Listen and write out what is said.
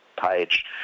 page